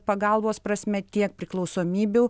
pagalbos prasme tiek priklausomybių